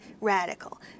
radical